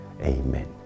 Amen